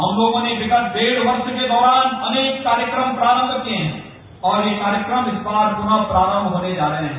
हम लोगों ने विगत डेढ वर्ष के दौरान अनेक कार्यक्रम प्रारम्भ किये है और ये कार्यक्रम इसबार पूनः प्रारम्भ होने जा रहा है